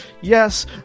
Yes